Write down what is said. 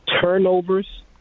turnovers